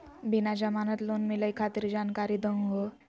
बिना जमानत लोन मिलई खातिर जानकारी दहु हो?